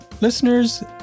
Listeners